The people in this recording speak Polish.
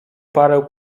parę